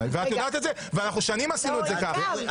את יודעת את זה ושנים עשינו את זה כך.